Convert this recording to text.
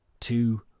two